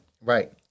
Right